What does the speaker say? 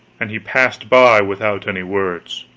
and he passed by without any words.